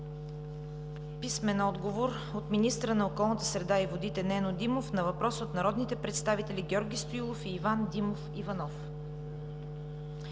Атанас Стоянов; - министъра на околната среда и водите Нено Димов на въпрос от народните представители Георги Стоилов и Иван Димов Иванов;